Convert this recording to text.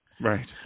Right